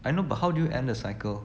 I know but how do you end the cycle